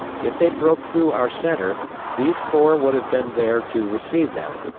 if they broke through our centre these corps would have been there to receive them,